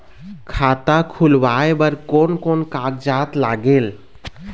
खाता खुलवाय बर कोन कोन कागजात लागेल?